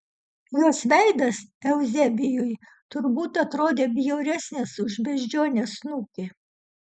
jos veidas euzebijui turbūt atrodė bjauresnis už beždžionės snukį